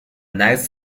next